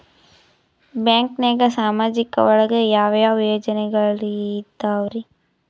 ಬ್ಯಾಂಕ್ನಾಗ ಸಾಮಾಜಿಕ ಒಳಗ ಯಾವ ಯಾವ ಯೋಜನೆಗಳಿದ್ದಾವ್ರಿ?